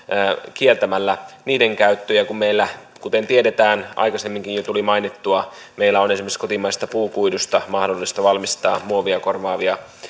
kieltämällä niiden käyttö ja kun meillä kuten tiedetään aikaisemminkin jo tuli mainittua on esimerkiksi kotimaisesta puukuidusta mahdollista valmistaa muovia korvaavia